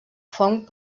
fong